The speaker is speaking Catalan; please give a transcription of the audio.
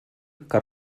que